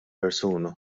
persuna